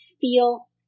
feel